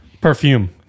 Perfume